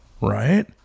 Right